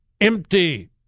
empty